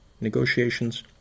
negotiations